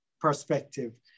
perspective